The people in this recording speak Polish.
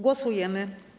Głosujemy.